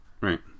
Right